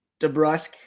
DeBrusque